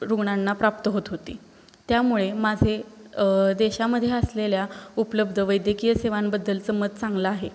रुग्णांना प्राप्त होत होती त्यामुळे माझे देशामध्ये असलेल्या उपलब्ध वैद्यकीय सेवांबद्दलचं मत चांगलं आहे